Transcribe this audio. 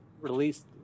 released